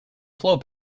flow